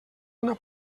una